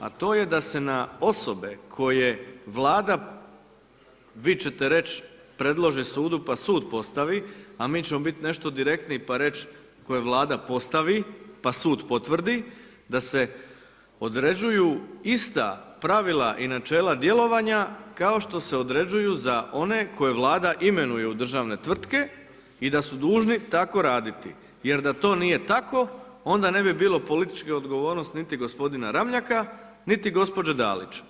A to je da se na osobe koje Vlada, vi ćete reći predloži sudu pa sud postavi, a mi ćemo biti nešto direktniji pa reći ako je Vlada postavi pa sud potvrdi, da se određuju ista pravila i načela djelovanja kao što se određuju za one koje Vlada imenuje u državne tvrtke i da su dužni tako raditi jer da to nije tako, onda ne bi bilo političke odgovornosti niti gospodina Ramljaka niti gospođe Dalić.